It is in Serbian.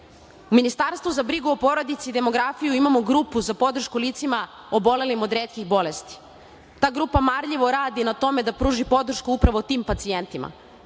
Ministarstvu za brigu o porodici i demografiju imamo Grupu za podršku licima obolelim od retkih bolesti. Ta grupa marljivo radi na tome da pruži podršku upravo tim pacijentima,